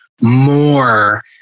more